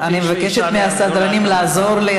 אני מבקשת מהסדרנים לעזור לי,